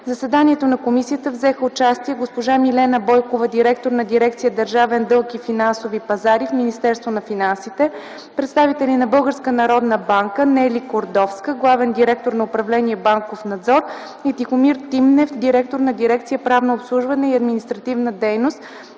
заседанието на комисията взеха участие: Милена Бойкова – директор на дирекция „Държавен дълг и финансови пазари” в Министерството на финансите, представители на Българска народна банка: Нели Кордовска – главен директор на управление „Банков надзор”, и Тихомир Тимнев – директор на дирекция „Правно обслужване и административна дейност”,